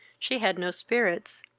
she had no spirits,